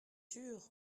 sur